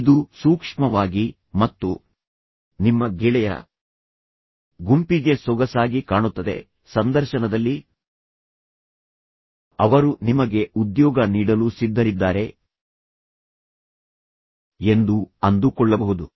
ಇದು ಸೂಕ್ಷ್ಮವಾಗಿ ಮತ್ತು ನಿಮ್ಮ ಗೆಳೆಯರ ಗುಂಪಿಗೆ ಸೊಗಸಾಗಿ ಕಾಣುತ್ತದೆ ಸಂದರ್ಶನದಲ್ಲಿ ಅವರು ನಿಮಗೆ ಉದ್ಯೋಗ ನೀಡಲು ಸಿದ್ಧರಿದ್ದಾರೆ ಎಂದು ಅಂದುಕೊಳ್ಳಬಹುದು